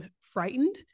frightened